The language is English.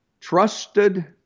trusted